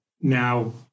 now